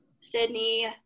Sydney